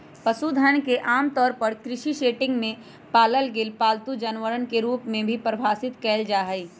पशुधन के आमतौर पर कृषि सेटिंग में पालल गेल पालतू जानवरवन के रूप में परिभाषित कइल जाहई